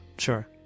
Sure